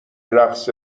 رقص